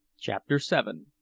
chapter seven.